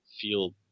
feel